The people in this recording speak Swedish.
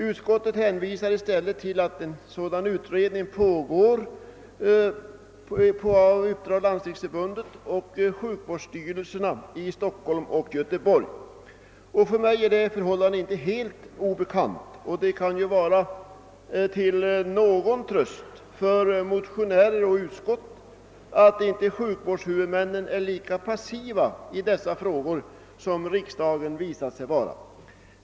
I stället hänvisar utskottet till att en undersökning bedrivs på uppdrag av Landstingsförbundet och <sjukvårdsstyrelserna i Stockholm och Göteborg. För mig är det förhållandet inte helt obekant; och det kan ju vara till någon tröst för motionärer och utskott, att sjukvårdshuvudmännen inte är lika passiva i dessa frågor som riksdagen har visat sig vara.